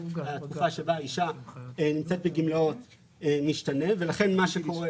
התקופה בה אישה נמצאת בגמלאות משתנה ולכן מה שקורה